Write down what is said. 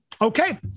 Okay